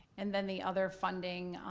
and then the other funding,